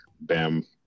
bam